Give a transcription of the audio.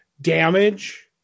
damage